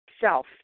self